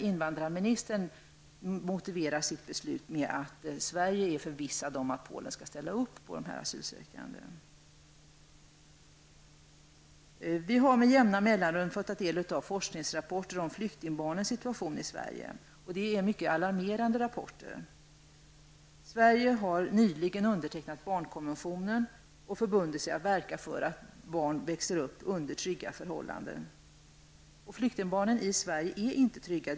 Invandrarministern motiverar dock sitt beslut med att Sverige är förvissat om att Polen skall ställa upp för dessa asylsökande. Vi har med jämna mellanrum fått ta del av forskningsrapporter om flyktingbarnens situation i Sverige. Det är mycket alarmerande rapporter. Sverige har nyligen undertecknat barnkonventionen och förbundit sig att verka för att barn växer upp under trygga förhållanden. Flyktingbarnen i Sverige är inte trygga.